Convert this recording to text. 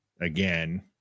again